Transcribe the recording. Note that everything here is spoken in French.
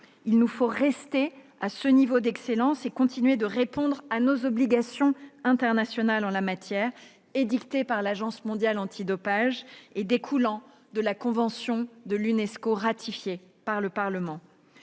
Il nous faut rester à ce niveau d'excellence et continuer de répondre à nos obligations internationales en la matière, édictées par l'Agence mondiale antidopage et découlant de la convention de l'Unesco, ratifiée par le Parlement.